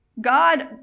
God